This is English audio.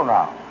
now